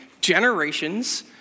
generations